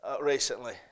recently